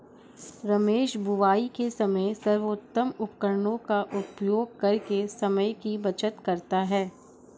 रमेश बुवाई के समय सर्वोत्तम उपकरणों का उपयोग करके समय की बचत करता है